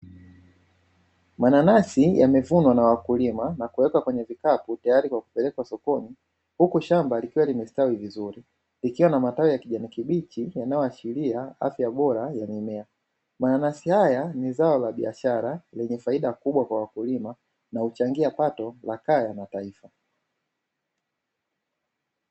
Mananasi yamevunwa na wakulima na kuwekwa kwenye vikapu, tayari kwa kupelekwa sokoni huku shamba likiwa limestawi vizuri likiwa na matawi ya kijani kibichi yanayoashiria afya bora ya mimea, mananasi haya ni zao la biashara yenye faida kubwa kwa wakulima na huchangia pato la kaya na la taifa.